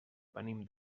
venim